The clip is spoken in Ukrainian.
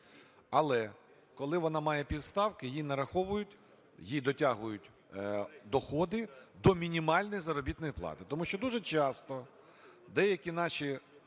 Але коли вона має півставки, їй нараховують, їй дотягують доходи до мінімальної заробітної плати. Тому що дуже часто деякі наші